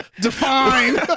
define